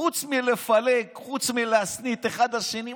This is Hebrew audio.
חוץ מלפלג, חוץ מלהסית אחד נגד השני?